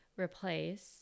replace